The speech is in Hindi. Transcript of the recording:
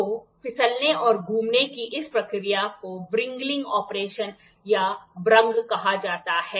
तो फिसलने और घूमने की इस प्रक्रिया को वि्गिंग ऑपरेशन या व्रंग कहा जाता है